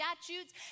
statutes